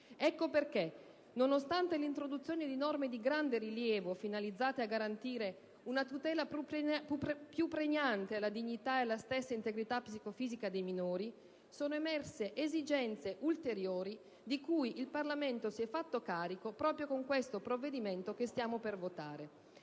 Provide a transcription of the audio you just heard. Ecco perché, nonostante l'introduzione di norme di grande rilievo, finalizzate a garantire una tutela più pregnante alla dignità e alla stessa integrità psicofisica dei minori, sono emerse esigenze ulteriori di cui il Parlamento si è fatto carico proprio con il provvedimento che stiamo per votare.